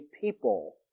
people